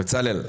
בצלאל,